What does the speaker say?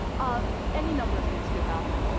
um any number of things could happen.